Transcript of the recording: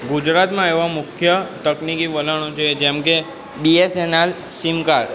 ગુજરાતમાં એવા મુખ્ય તકનિકી વલણો છે જેમ કે બીએસએનઆલ સીમ કાર્ડ